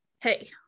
Hey